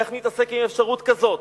איך נתעסק עם אפשרות כזאת.